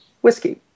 whiskey